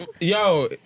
Yo